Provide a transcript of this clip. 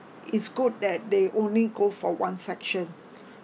is good that they only go for one session